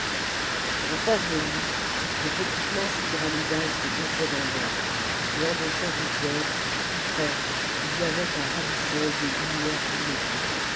en face de lui de petites masses pyramidales se dressaient dans l'ombre et en deçà du fleuve plus près il y avait à ras du sol des lumières immobiles